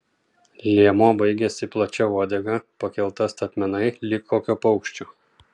liemuo baigėsi plačia uodega pakelta statmenai lyg kokio paukščio